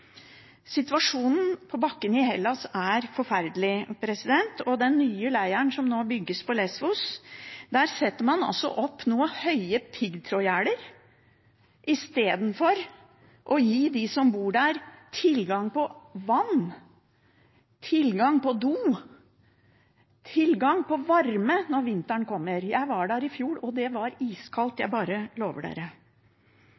Situasjonen på bakken i Hellas er forferdelig, og i den nye leiren som nå bygges på Lésvos, setter man opp høye piggtrådgjerder i stedet for å gi dem som bor der, tilgang på vann, tilgang på do, tilgang på varme når vinteren kommer. Jeg var der i fjor, og det var